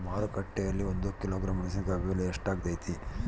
ಮಾರುಕಟ್ಟೆನಲ್ಲಿ ಒಂದು ಕಿಲೋಗ್ರಾಂ ಮೆಣಸಿನಕಾಯಿ ಬೆಲೆ ಎಷ್ಟಾಗೈತೆ?